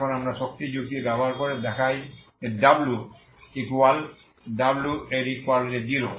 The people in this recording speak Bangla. এখন আমরা শক্তি যুক্তি ব্যবহার করে দেখাই যে w 1 ইকুয়াল w এর ইকুয়াল 0